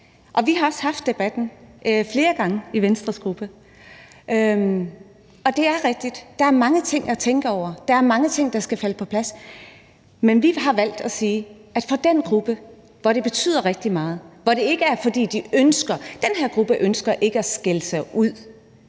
Vi har også haft debatten flere gange i Venstres gruppe, og det er rigtigt, at der er mange ting at tænke over, der er mange ting, der skal falde på plads, men vi har valgt at sige, at det vi gør det for den gruppe, for hvem det betyder rigtig meget, og den her gruppe ønsker ikke at skille sig ud.